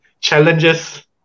Challenges